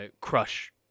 crush